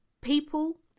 people